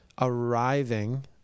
arriving